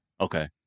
Okay